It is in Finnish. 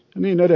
minä